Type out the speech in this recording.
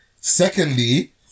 Secondly